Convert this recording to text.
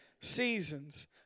Seasons